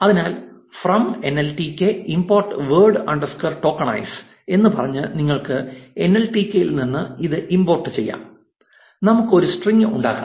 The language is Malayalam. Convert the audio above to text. അതിനാൽ from NLTK import word underscore tokenize എന്ന് പറഞ്ഞ് നിങ്ങൾക്ക് എൻഎൽടികെ ൽ നിന്ന് അത് ഇമ്പോർട്ടുചെയ്യാം നമുക്ക് ഒരു സ്ട്രിംഗ് ഉണ്ടാക്കാം